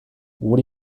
what